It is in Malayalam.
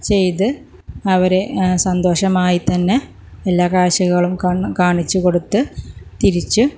ചെയ്ത് അവരെ സന്തോഷമായി തന്നെ എല്ലാ കാഴ്ചകളും കാ കാണിച്ചു കൊടുത്ത് തിരിച്ച്